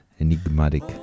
enigmatic